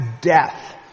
death